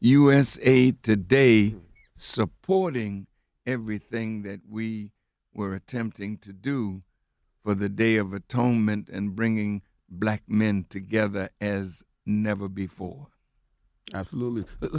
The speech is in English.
usa today supporting everything that we were attempting to do for the day of atonement and bringing black men together as never before absolutely